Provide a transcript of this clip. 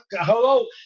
hello